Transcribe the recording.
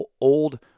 old